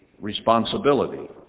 responsibility